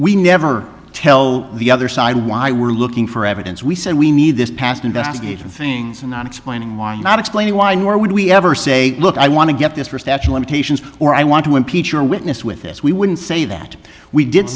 we never tell the other side why we're looking for evidence we said we need this past investigative things and not explaining why not explaining why nor would we ever say look i want to get this first action limitations or i want to impeach your witness with this we wouldn't say that we did